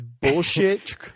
bullshit